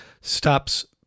stops